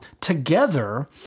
together